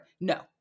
No